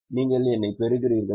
நீங்கள் என்னைப் பெறுகிறீர்களா